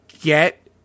get